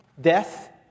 death